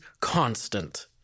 constant